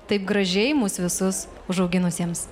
taip gražiai mus visus užauginusiems